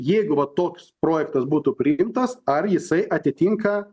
jeigu va toks projektas būtų priimtas ar jisai atitinka